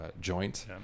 joint